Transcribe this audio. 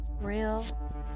real